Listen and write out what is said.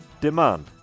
demand